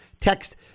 text